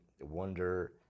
wonder